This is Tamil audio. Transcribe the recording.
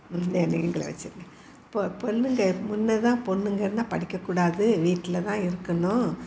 இந்த நீங்களே வச்சுக்குங்க இப்போ பொண்ணுங்க முன்னேதான் பொண்ணுங்கள் எல்லாம் படிக்கக் கூடாது வீட்டில் தான் இருக்கணும்